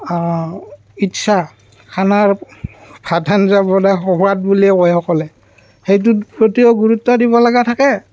ইচ্ছা খানাৰ ভাত আঞ্জা বনাই সোৱাদ বুলিয়েই কয় সকলোৱে সেইটোত প্ৰতিও গুৰুত্ব দিব লগা থাকে